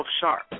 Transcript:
sharp